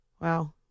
Wow